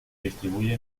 distribuye